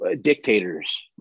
dictators